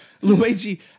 Luigi